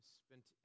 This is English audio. spent